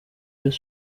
rayon